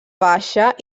baixa